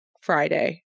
Friday